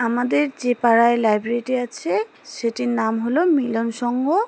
আমাদের যে পাড়ায় লাইব্রেরিটা আছে সেটির নাম হলো মিলন সঙ্ঘ